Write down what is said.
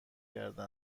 کرده